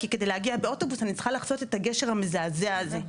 כי כדי להגיע באוטובוס אני צריכה לחצות את הגשר המזעזע הזה,